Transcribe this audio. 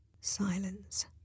Silence